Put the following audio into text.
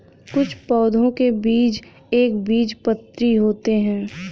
कुछ पौधों के बीज एक बीजपत्री होते है